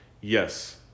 Yes